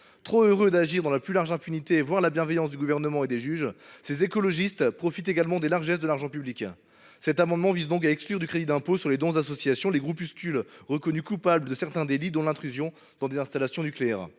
Trop heureux d’agir dans la plus large impunité, voire la bienveillance du Gouvernement et des juges, ces écologistes profitent également des largesses de l’argent public. Cet amendement vise donc à exclure du crédit d’impôt sur les dons aux associations les groupuscules reconnus coupables de certains délits, dont l’intrusion dans des installations nucléaires.